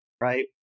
right